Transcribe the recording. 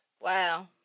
Wow